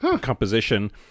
composition